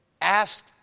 asked